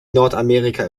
nordamerika